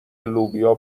لوبیا